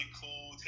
cool